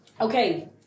Okay